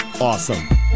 awesome